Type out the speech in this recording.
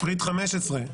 פריט 15,